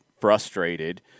frustrated